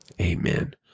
Amen